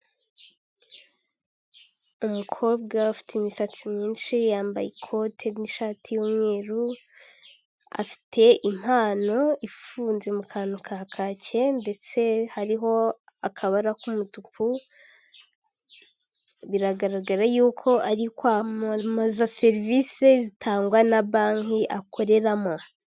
Umukobwa ufite imisatsi myinshi yambaye ikote n'ishati y'umweru, afite impano ifunze mu kantu ka kacye, ndetse hariho akabara k'umutuku, biragaragara yuko ari kwamamaza serivisi zitangwa na banki akoreramo.